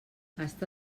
està